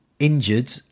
Injured